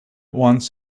wants